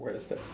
where's that